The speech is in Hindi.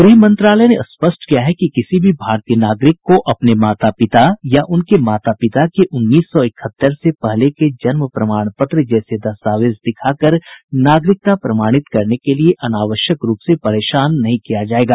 गृह मंत्रालय ने स्पष्ट किया है कि किसी भी भारतीय नागरिक को अपने माता पिता या उनके माता पिता के उन्नीस सौ इकहत्तर से पहले के जन्म प्रमाण पत्र जैसे दस्तावेज दिखा कर नागरिकता प्रमाणित करने के लिए अनावश्यक रूप से परेशान नहीं किया जाएगा